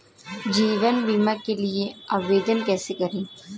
जीवन बीमा के लिए आवेदन कैसे करें?